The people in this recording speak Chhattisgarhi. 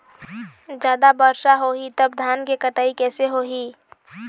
जादा वर्षा होही तब धान के कटाई कैसे होही?